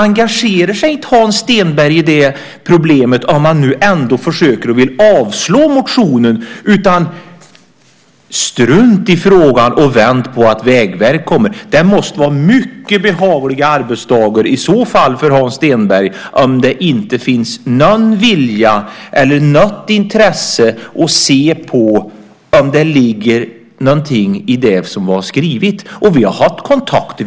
Engagerar sig inte Hans Stenberg i problemet när han nu vill avstyrka motionen? Resultatet av det blir ju att strunta i frågan och vänta på att Vägverket kommer med förslag. Hans Stenberg måste ha mycket behagliga arbetsdagar om det inte finns någon vilja eller något intresse av att se ifall det ligger någonting i det som vi har skrivit. Vi har haft kontakter.